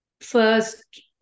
first